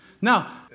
Now